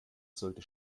sollte